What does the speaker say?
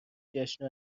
جشن